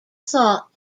thought